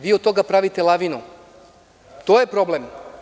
Vi od toga pravite lavinu i to je problem.